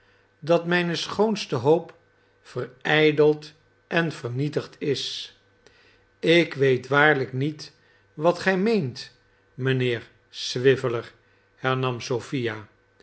dat mijne schoonste hoop verijdeld en vernietigd is ik weet waarlijk niet wat gij meent mijnheer swiveller hernam